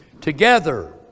Together